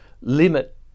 limit